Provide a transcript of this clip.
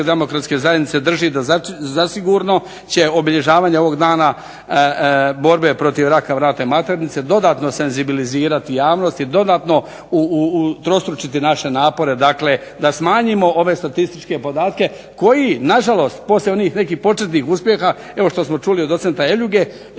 demokratske zajednice drži da zasigurno će obilježavanje ovog dana borbe protiv raka vrata maternice dodatno senzibilizirati javnost i dodatno utrostručiti naše napore, dakle da smanjimo ove statističke podatke, koji na žalost poslije onih nekih početnih uspjeha, evo što smo čuli od docenta Eljuge,